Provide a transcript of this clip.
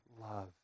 love